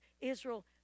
Israel